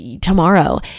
tomorrow